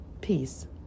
peace